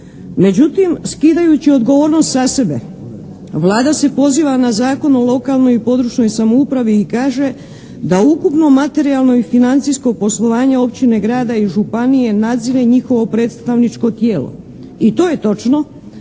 Međutim, skidajući odgovornost sa sebe, Vlada se poziva na Zakon o lokalnoj i područnoj samoupravi i kaže da ukupno materijalno i financijsko poslovanje općine, grada i županije nadzire njihovo predstavničko tijelo. I to je točno,